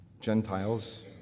Gentiles